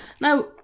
Now